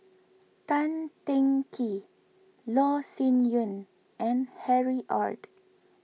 Tan Teng Kee Loh Sin Yun and Harry Ord